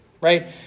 right